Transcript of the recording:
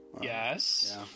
Yes